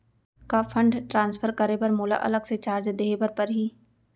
का fund transfer करे बर मोला अलग से चार्ज देहे बर परही?